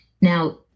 Now